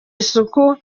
isuku